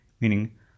Meaning